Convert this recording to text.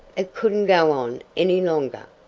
it couldn't go on any longer.